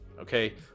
okay